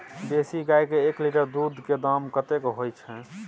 देसी गाय के एक लीटर दूध के दाम कतेक होय छै?